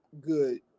good